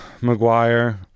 Maguire